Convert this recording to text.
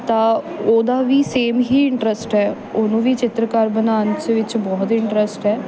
ਤਾਂ ਉਹਦਾ ਵੀ ਸੇਮ ਹੀ ਇੰਟ੍ਰਸਟ ਹੈ ਉਹਨੂੰ ਵੀ ਚਿੱਤਰਕਾਰ ਬਣਾਉਣ 'ਚ ਵਿੱਚ ਬਹੁਤ ਇੰਟ੍ਰਸਟ ਹੈ